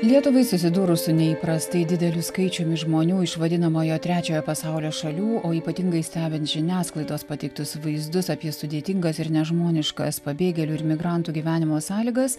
lietuvai susidūrus su neįprastai dideliu skaičiumi žmonių iš vadinamojo trečiojo pasaulio šalių o ypatingai stebint žiniasklaidos pateiktus vaizdus apie sudėtingas ir nežmoniškas pabėgėlių ir migrantų gyvenimo sąlygas